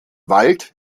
wald